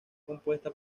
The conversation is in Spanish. compuesta